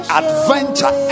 adventure